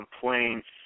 complaints